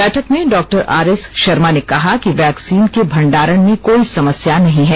बैठक में doctor R S Sharma ने कहा कि वैक्सीन के भंडारण में कोई समस्या नहीं है